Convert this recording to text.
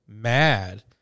mad